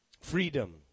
Freedom